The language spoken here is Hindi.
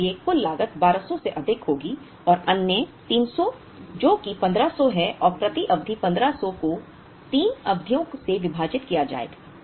इसलिए कुल लागत 1200 से अधिक होगी और अन्य 300 जो कि 1500 है और प्रति अवधि 1500 को 3 अवधियों से विभाजित किया जाएगा